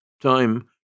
Time